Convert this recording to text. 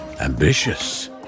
ambitious